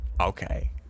okay